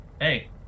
Hey